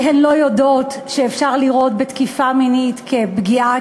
כי הן לא יודעות שאפשר לראות בתקיפה מינית פגיעה